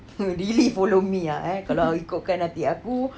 you really follow me ah eh kalau ikutkan hati aku